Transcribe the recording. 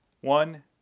one